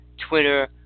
Twitter